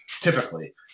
typically